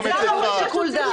זה קשור לשיקול דעת.